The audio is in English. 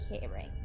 hearing